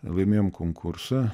laimėjom konkursą